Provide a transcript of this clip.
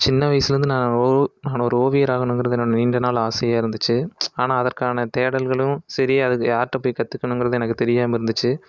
சின்ன வயசுலருந்து நான் ஒரு நான் ஒரு ஓவியராகணுங்கிறது என்னுடைய நீண்ட நாள் ஆசையாகருந்துச்சு ஆனால் அதற்கான தேடல்களும் சரி அதுக்கு யார்கிட்ட போய் கற்றுக்கணுங்கிறது எனக்கு தெரியாமல் இருந்துச்சு